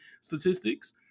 statistics